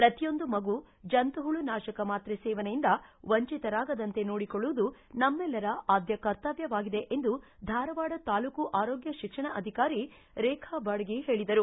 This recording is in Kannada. ಪ್ರತಿಯೊಂದು ಮಗು ಜಂಶುಹುಳು ನಾಶಕ ಮಾತ್ರೆ ಸೇವನೆಯಿಂದ ವಂಚಿತರಾಗದಂತೆ ನೋಡಿಕೊಳ್ಳುವುದು ನಮ್ಮೆಲ್ಲರ ಆದ್ಯ ಕರ್ತವ್ಯವಾಗಿದೆ ಎಂದು ಧಾರವಾಡ ತಾಲೂಕು ಆರೋಗ್ಯ ಶಿಕ್ಷಣ ಅಧಿಕಾರಿ ರೇಖಾ ಬಾಡಗಿ ಹೇಳಿದರು